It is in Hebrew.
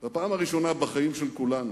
בפעם הראשונה בחיים של כולנו,